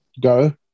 go